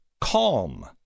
calm